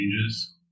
changes